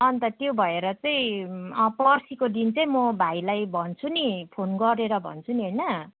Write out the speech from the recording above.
अन्त त्यो भएर चाहिँ अँ पर्सिको दिन चाहिँ म भाइलाई भन्छु नि फोन गरेर भन्छु नि होइन